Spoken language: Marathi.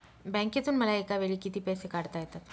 बँकेतून मला एकावेळी किती पैसे काढता येतात?